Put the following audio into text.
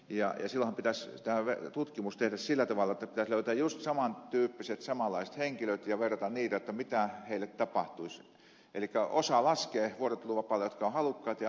silloinhan tämä tutkimus pitäisi tehdä sillä tavalla jotta pitäisi löytää just saman tyyppiset samanlaiset henkilöt ja verrata niitä mitä heille tapahtuisi eli osa laskea vuorotteluvapaalle ne jotka ovat halukkaita ja osa ei